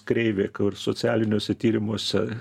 kreivė kur socialiniuose tyrimuose